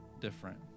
different